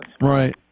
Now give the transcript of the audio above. Right